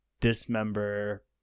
dismember